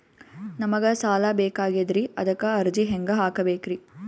ನಮಗ ಸಾಲ ಬೇಕಾಗ್ಯದ್ರಿ ಅದಕ್ಕ ಅರ್ಜಿ ಹೆಂಗ ಹಾಕಬೇಕ್ರಿ?